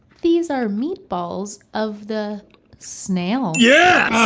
these are meatballs of the snails. yeah